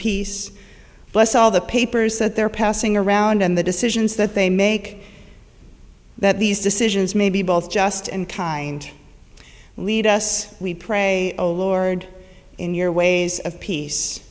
peace bless all the papers that they're passing around and the decisions that they make that these decisions may be both just and kind of lead us we pray oh lord in your ways of peace